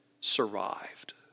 survived